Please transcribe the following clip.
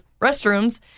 restrooms